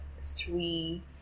three